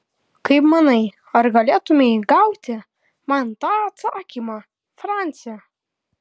kaip manai ar galėtumei gauti man tą atsakymą franci